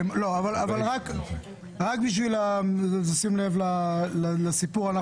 שים לב לסיפור,